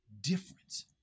difference